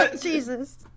Jesus